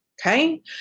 Okay